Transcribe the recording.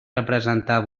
representar